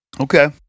Okay